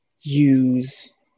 use